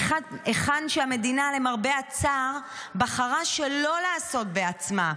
היכן שהמדינה, למרבה הצער, בחרה שלא לעשות בעצמה.